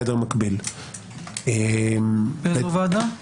באיזה ועדה?